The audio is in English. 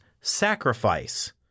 sacrifice